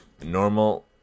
Normal